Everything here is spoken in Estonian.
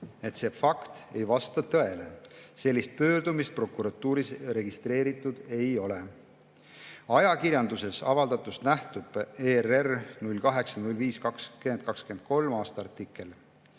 see fakt ei vasta tõele. Sellist pöördumist prokuratuuris registreeritud ei ole. Ajakirjanduses avaldatust nähtub – ERR, 8. mai 2023. aasta artikkel